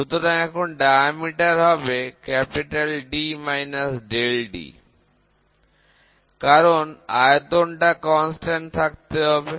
সুতরাং এখন ব্যাস হবে D ∆D কারণ আয়তনটা ধ্রুবক থাকতে হবে